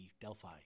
Delphi